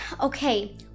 Okay